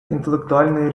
інтелектуальної